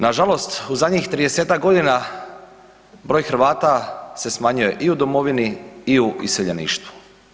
Nažalost, u zadnjih 30-ak godina, brij Hrvata se smanjuje i u domovini i u iseljeništvu.